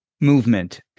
movement